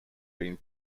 being